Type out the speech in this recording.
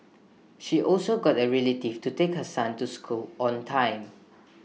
she also got A relative to take her son to school on time